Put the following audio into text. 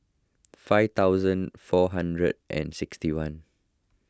five thousand four hundred and sixty one